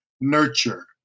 Nurture